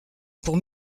pour